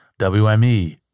WME